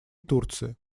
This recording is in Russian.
турции